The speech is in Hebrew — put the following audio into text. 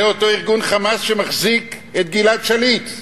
זה אותו ארגון "חמאס" שמחזיק את גלעד שליט,